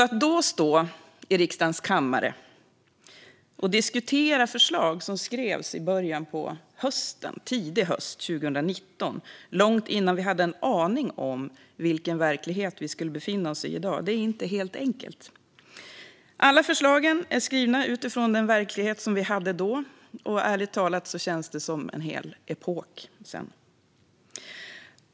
Att då stå i riksdagens kammare och diskutera förslag som skrevs i början av hösten 2019, långt innan vi hade en aning om vilken verklighet vi i dag skulle befinna oss i, är inte helt enkelt. Alla förslag är skrivna utifrån den verklighet som rådde då, och ärligt talat känns det som en hel epok sedan.